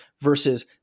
versus